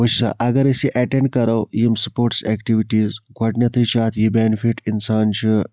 وٕچھو سا اگر أسۍ یِہ ایٚٹنڈ کَرو یِم سپوٹس ایٚکٹِوِٹیٖز گۄڈنیٚتھے چھُ اتھ یہِ بیٚنِفِٹ اِنسان چھُ